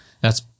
thats